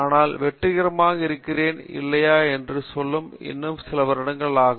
காமகோடி நான் வெற்றிகரமாக இருக்கிறேனா இல்லையா என்று சொல்ல இன்னும் சில வருடங்கள் ஆகும்